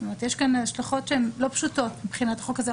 יש כאן השלכות שהן לא פשוטות מבחינת החוק הזה.